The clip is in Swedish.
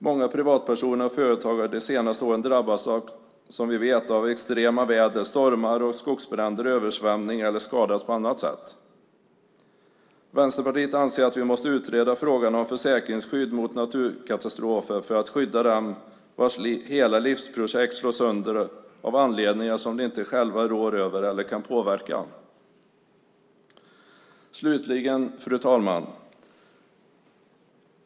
Många privatpersoner och företag har som vi vet de senaste åren drabbats av extrema väder, stormar och skogsbränder, översvämningar eller skadats på annat sätt. Vänsterpartiet anser att vi måste utreda frågan om försäkringsskydd mot naturkatastrofer för att skydda dem vars hela livsprojekt slås sönder av anledningar de inte själva rår över eller kan påverka. Slutligen, fru talman!